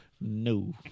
No